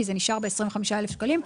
כי זה נשאר ב-25,000 שקלים.